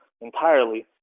entirely